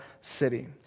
city